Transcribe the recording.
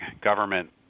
government